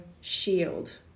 shield